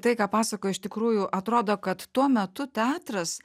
tai ką pasakoji iš tikrųjų atrodo kad tuo metu teatras